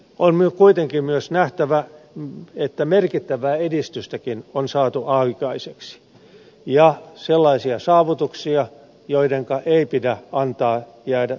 on kuitenkin myös nähtävä että merkittävää edistystäkin on saatu aikaiseksi ja sellaisia saavutuksia joidenka ei pidä antaa valua tyhjiin